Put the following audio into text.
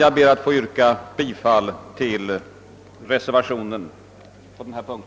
Jag ber att få yrka bifall till reservationen på denna punkt.